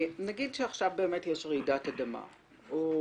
נגיד שעכשיו יש רעידת אדמה או